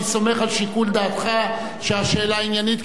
אני סומך על שיקול דעתך שהשאלה עניינית,